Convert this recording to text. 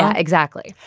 ah exactly.